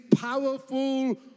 powerful